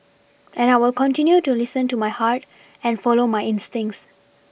and I will continue to listen to my heart and follow my instincts